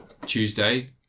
Tuesday